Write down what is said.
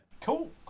Cool